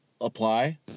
apply